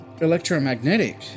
electromagnetic